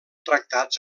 tractats